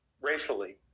racially